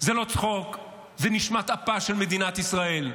זה לא צחוק, זה נשמת אפה של מדינת ישראל.